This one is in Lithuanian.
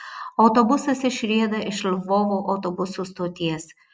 autobusas išrieda iš lvovo autobusų stoties